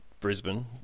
Brisbane